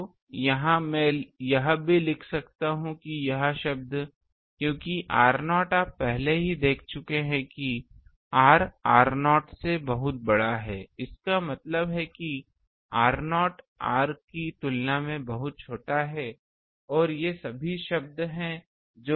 तो यहां मैं यह भी लिख सकता हूं कि यह शब्द क्योंकि r0 आप पहले से ही देख चुके हैं कि हमने r r0 से बहुत बड़ा है इसका मतलब है कि r0 r की तुलना में बहुत छोटा है और ये सभी शब्द हैं जो 1 से कम हैं